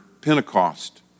Pentecost